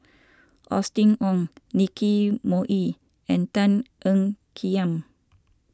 Austen Ong Nicky Moey and Tan Ean Kiam